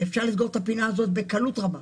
אפשר לסגור את הפינה הזו בקלות רבה,